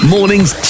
Morning's